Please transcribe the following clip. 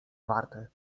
warte